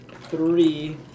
three